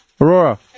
Aurora